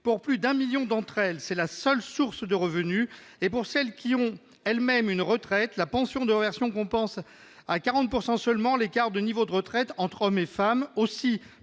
Pour plus de 1 million d'entre elles, c'est leur seule source de revenu ! Et pour celles qui ont elles-mêmes une retraite, la pension de réversion compense à 40 % seulement l'écart de niveau de retraite entre hommes et femmes.